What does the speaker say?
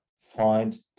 find